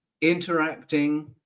interacting